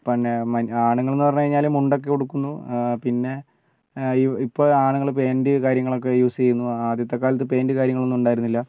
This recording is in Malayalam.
പിന്നെ മ ആണുങ്ങൾ എന്ന് പറഞ്ഞുകഴിഞ്ഞാൽ മുണ്ടൊക്കെ ഉടുക്കുന്നു പിന്നെ ഇപ്പോൾ ആണുങ്ങൾ പാന്റ് കാര്യങ്ങളൊക്കെ ഒക്കെ യൂസ് ചെയ്യുന്നു ആദ്യത്തെ കാലത്ത് പാൻറ് കാര്യങ്ങളൊന്നും ഉണ്ടായിരുന്നില്ല